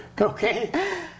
Okay